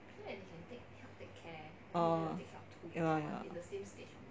it can take take care oh you're the same stage